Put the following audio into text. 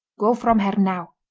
go from her now,